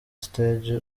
stage